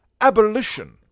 abolition